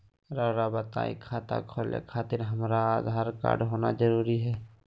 रउआ बताई खाता खोले खातिर हमरा आधार कार्ड होना जरूरी है?